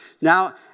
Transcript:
Now